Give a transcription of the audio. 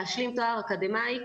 להשלים תואר אקדמאי,